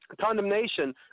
Condemnation